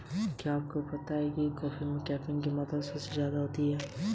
क्या आपके व्यवसाय में ऋण के तहत आवश्यक भुगतान करने की क्षमता है?